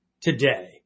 today